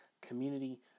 community